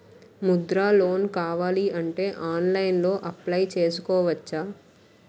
Mudra loan కావాలి అంటే ఆన్లైన్లో అప్లయ్ చేసుకోవచ్చా?